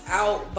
out